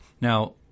Now